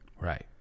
right